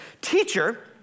Teacher